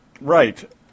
right